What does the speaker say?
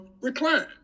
recline